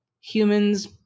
humans